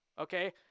okay